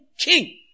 king